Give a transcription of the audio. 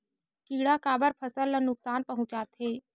किड़ा काबर फसल ल नुकसान पहुचाथे?